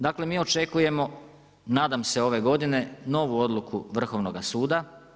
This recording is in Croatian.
Dakle mi očekujemo, nadam se ove godine novu odluku Vrhovnoga suda.